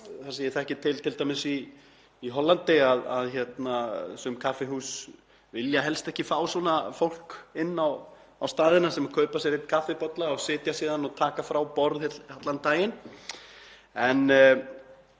þar sem ég þekki til, t.d. í Hollandi, að sum kaffihús vilja helst ekki fá svona fólk inn á staðina, sem kaupir sér einn kaffibolla og situr síðan og tekur frá borðið allan daginn.